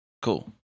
Cool